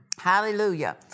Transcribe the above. Hallelujah